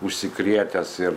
užsikrėtęs ir